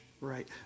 Right